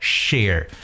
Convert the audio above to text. share